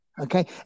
okay